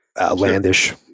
outlandish